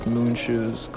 Moonshoes